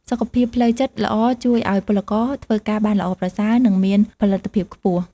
សុខភាពផ្លូវចិត្តល្អជួយឲ្យពលករធ្វើការបានល្អប្រសើរ និងមានផលិតភាពខ្ពស់។